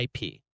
IP